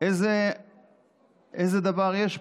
איזה דבר יש פה?